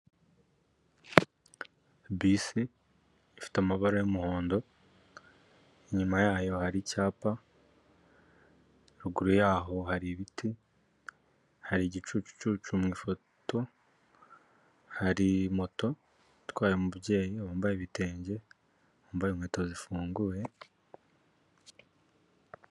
Bisi ifite amabara y'umuhondo inyuma yayo hari icyapa, ruguru yaho hari ibiti, hari igicucucu mu ifoto, hari moto itwaye umubyeyi wambaye ibitenge, wambaye inkweto zifunguye.